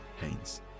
Haynes